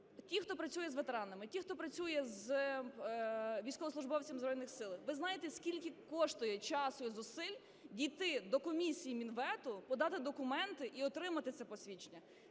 Ті, хто працюють з ветеранами, ті, хто працюють з військовослужбовцями Збройних Сил, ви знаєте, скільки коштує часу і зусиль дійти до комісії Мінвету, подати документи і отримати це посвідчення?